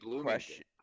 question